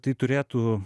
tai turėtų